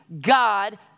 God